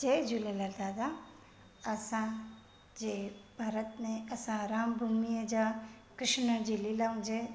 जय झूलेलाल दादा असांजे भारत में असां राम भूमिअ जा कृष्ण जी लीलाउनि जा